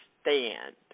stand